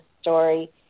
story